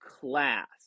class